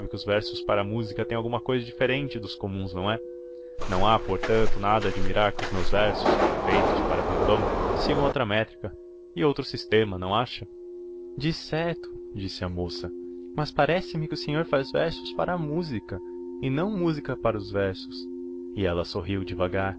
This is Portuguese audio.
os versos para música têm alguma cousa de diferente dos comuns não é não há portanto nada a admirar que os meus versos feitos para violão sigam outra métrica e outro sistema não acha decerto disse a moça mas parece-me que o senhor faz versos para a música e não música para os versos e ela sorriu devagar